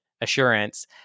Assurance